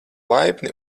laipni